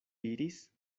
iris